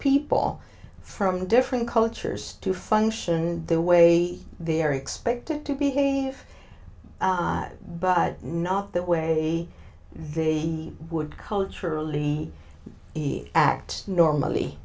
people from different cultures to function and the way they are expected to behave but not that way they would culturally act normally